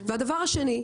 והדבר השני,